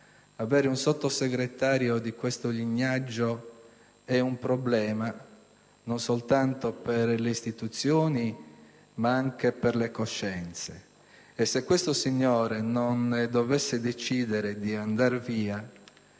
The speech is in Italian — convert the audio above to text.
Avere un Sottosegretario di questo lignaggio è un problema, non soltanto per le istituzioni, ma anche per le coscienze e se questo signore non dovesse decidere di andar via